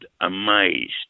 amazed